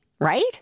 right